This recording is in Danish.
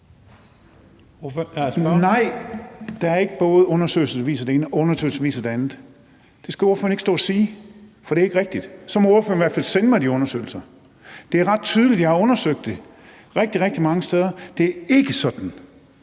det ene, og undersøgelser, der viser det andet – det skal ordføreren ikke stå og sige, for det er ikke rigtigt. Så må ordføreren i hvert fald sende mig de undersøgelser. Jeg har undersøgt det, og det er ret tydeligt rigtig, rigtig mange steder, at det ikke er sådan